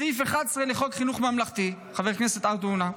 בסעיף 11 לחוק חינוך ממלכתי, חבר הכנסת עטאונה,